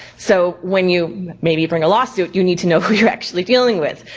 so when you, maybe you bring a lawsuit, you need to know who you're actually dealing with.